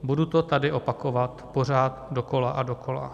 Budu to tady opakovat pořád dokola a dokola.